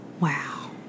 Wow